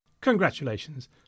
Congratulations